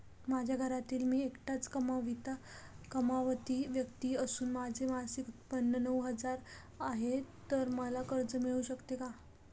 माझ्या घरातील मी एकटाच कमावती व्यक्ती असून माझे मासिक उत्त्पन्न नऊ हजार आहे, तर मला कर्ज मिळू शकते का?